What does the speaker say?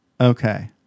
okay